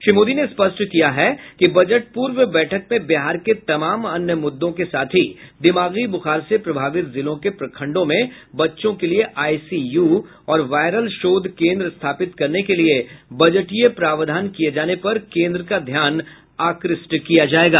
श्री मोदी ने स्पष्ट किया कि बजट पूर्व बैठक में बिहार के तमाम अन्य मुद्दों के साथ ही दिमागी बुखार से प्रभावित जिलों के प्रखंडों में बच्चों के लिये आईसीयू और वायरल शोध केन्द्र स्थापित करने के लिये बजटीय प्रावधान किये जाने पर केन्द्र का ध्यान आकृष्ट किया जायेगा